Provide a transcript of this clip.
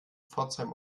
pforzheim